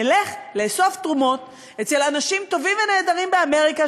נלך לאסוף תרומות אצל אנשים טובים ונהדרים באמריקה,